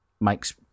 makes